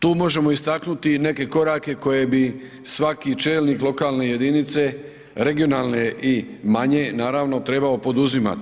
Tu možemo istaknuti i neke korake koje bi svaki čelnik lokalne jedinice, regionalne i manje, naravno, trebao poduzimati.